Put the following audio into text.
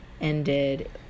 ended